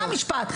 זה המשפט.